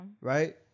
Right